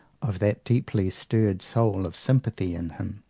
of that deeply stirred soul of sympathy in him,